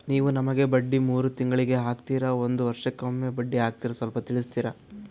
ನೀವು ನಮಗೆ ಬಡ್ಡಿ ಮೂರು ತಿಂಗಳಿಗೆ ಹಾಕ್ತಿರಾ, ಒಂದ್ ವರ್ಷಕ್ಕೆ ಒಮ್ಮೆ ಬಡ್ಡಿ ಹಾಕ್ತಿರಾ ಸ್ವಲ್ಪ ತಿಳಿಸ್ತೀರ?